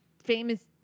Famous